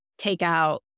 takeout